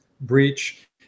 breach